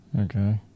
okay